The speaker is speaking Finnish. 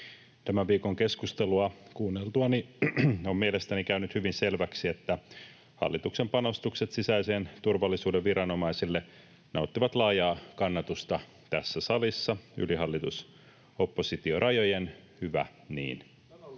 Tämän viikon keskustelua kuunneltuani on mielestäni käynyt hyvin selväksi, että hallituksen panostukset sisäisen turvallisuuden viranomaisille nauttivat laajaa kannatusta tässä salissa yli hallitus—oppositio-rajojen.